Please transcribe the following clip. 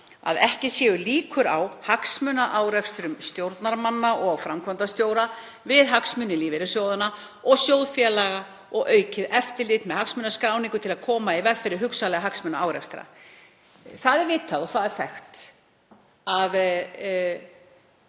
að ekki séu líkur á hagsmunaárekstrum stjórnarmanna og framkvæmdastjóra við hagsmuni lífeyrissjóðanna og sjóðfélaga, og aukið eftirlit með hagsmunaskráningu til að koma í veg fyrir hugsanlega hagsmunaárekstra. Það er vitað og þekkt að